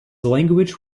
language